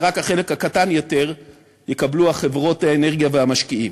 ורק את החלק הקטן יותר יקבלו חברות האנרגיה והמשקיעים.